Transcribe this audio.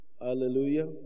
Hallelujah